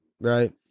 right